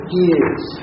years